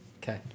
Okay